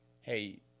Hey